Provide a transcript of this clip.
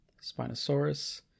Spinosaurus